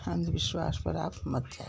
अन्धविश्वास पर आप मत जाइए